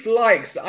likes